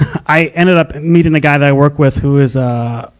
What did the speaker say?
i ended up meeting a guy that i work with who is, ah,